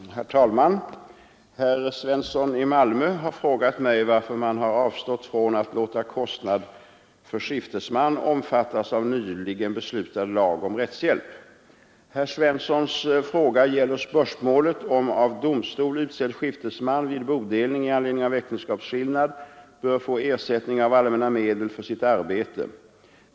Herr talman! Herr Svensson i Malmö har frågat mig varför man avstått från att låta kostnad för skiftesman omfattas av nyligen beslutad lag om rättshjälp. Herr Svenssons fråga gäller spörsmålet om av domstol utsedd skiftesman vid bodelning i anledning av äktenskapsskillnad bör få ersättning av allmänna medel för sitt arbete.